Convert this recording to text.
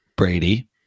Brady